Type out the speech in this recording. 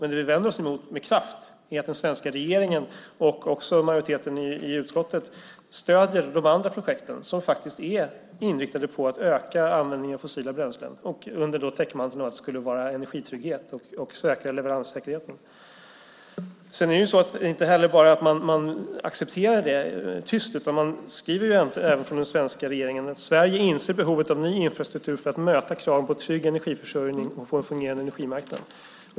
Men det som vi vänder oss emot med kraft är att den svenska regeringen och också majoriteten i utskottet stöder de andra projekten som faktiskt är inriktade på att öka användningen av fossila bränslen, under täckmantel av att det skulle vara fråga om energitrygghet och att säkra leveranssäkerheten. Det är inte så att man bara accepterar det tyst, utan den svenska regeringen skriver att Sverige inser behovet av ny infrastruktur för att möta kraven på en trygg energiförsörjning och en fungerande energimarknad.